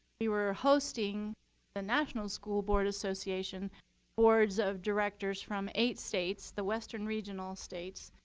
we were hosting the national school board association boards of directors from eight states, the western regional states,